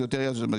זה יותר מ-625,